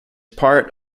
part